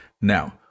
Now